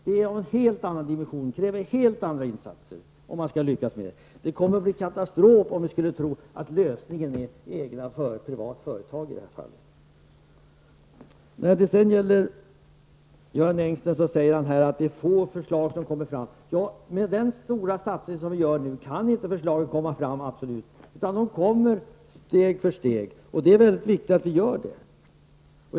Det är av en sådan dimension att det kräver helt andra insatser om man skall lyckas. Det skulle bli katastrof, om vi trodde att lösningen var privat företagsamhet i det fallet. Göran Engström säger att det är få förslag som kommer fram. Ja, med den stora satsning som vi gör nu kan inte förslagen komma fram med en gång, utan de kommer steg för steg. Det är väldigt viktigt att de gör det.